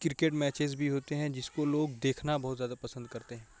cricket matches بھی ہوتے ہیں جس کو لوگ دیکھنا بہت زیادہ پسند کرتے ہیں